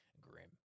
Grim